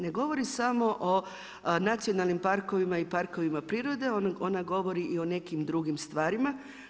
Ne govori samo o nacionalnim parkovima i parkovima prirode, ona govori i o nekim drugim stvarima.